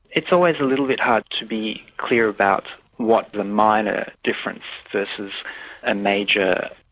it's always a little bit hard to be clear about what the minor difference versus a major.